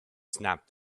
snapped